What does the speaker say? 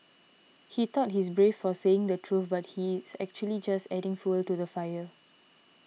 he thought he's brave for saying the truth but he's actually just adding fuel to the fire